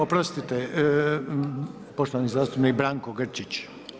Ne oprostite, poštovani zastupnik Branko Grčić.